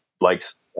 likes